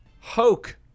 hoke